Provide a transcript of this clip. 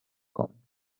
kommen